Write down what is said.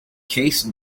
case